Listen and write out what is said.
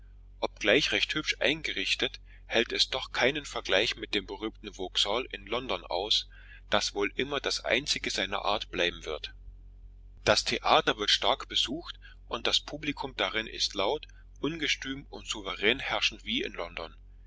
obgleich recht hübsch eingerichtet hält es doch keinen vergleich mit dem berühmten vauxhall fußnote londoner stadtteil mit vergnügungspark in london aus das wohl immer das einzige seiner art bleiben wird das theater wird stark besucht und das publikum darin ist laut ungestüm und souverän herrschend wie in london